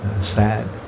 sad